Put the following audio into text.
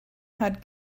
had